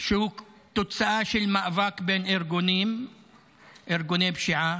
שהוא תוצאה של מאבק בין ארגוני פשיעה,